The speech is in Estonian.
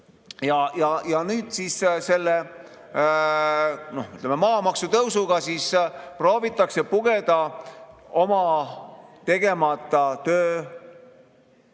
Ja nüüd siis selle maamaksu tõstmisega proovitakse pugeda oma tegemata töö